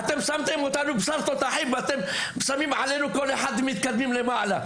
שמתם אותנו לבשר תותחים ואתם מתקדמים לכם למעלה.